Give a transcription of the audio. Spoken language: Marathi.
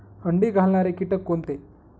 अंडी घालणारे किटक कोणते?